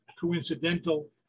coincidental